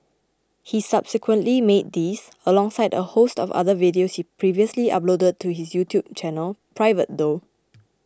he subsequently made these alongside a host of other videos he previously uploaded to his YouTube channel private though